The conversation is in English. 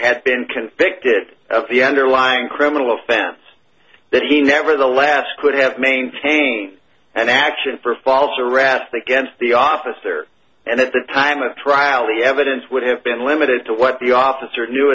had been convicted of the underlying criminal offense that he never the last could have maintained an action for false arrest against the officer and at the time of trial the evidence would have been limited to what the officer knew